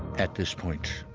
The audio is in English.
at this point,